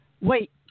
wait